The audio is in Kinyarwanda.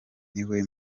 niwe